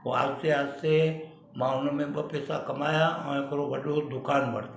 पोइ आहिस्ते आहिस्ते मां उनमें ॿ पैसा कमाया ऐं हिकिड़ो वॾो दुकानु वरितो